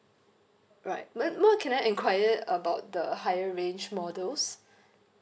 right what what can I enquire about the higher range models